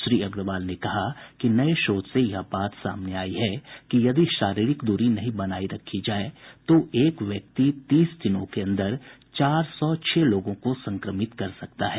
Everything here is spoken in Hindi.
श्री अग्रवाल ने कहा कि नये शोध से यह बात सामने आयी है कि यदि शारीरिक द्री नहीं बनायी रखी जाये तो एक व्यक्ति तीस दिनों के अंदर चार सौ छह लोगों को संक्रमित कर सकता है